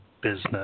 Business